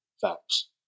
Facts